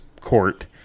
court